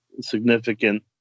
significant